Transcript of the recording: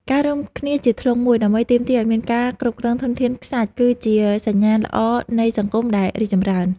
ការរួមគ្នាជាធ្លុងមួយ ដើម្បីទាមទារឱ្យមានការគ្រប់គ្រងធនធានខ្សាច់គឺជាសញ្ញាណល្អនៃសង្គមដែលរីកចម្រើន។